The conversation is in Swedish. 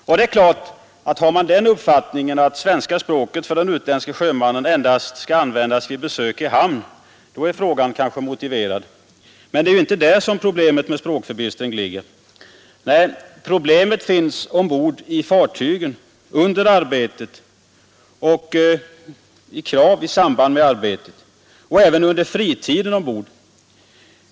Och det är klart att har man den uppfattningen att svenska språket av den utländske sjömannen endast skall användas vid besök i hamn, då är frågan kanske motiverad. Men det är ju inte där som problemet med språkförbistring ligger. Nej, problemet finns ombord på fartygen — i samband med arbetet men även under fritiden.